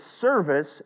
service